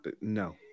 no